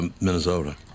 Minnesota